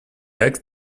egg